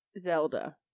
Zelda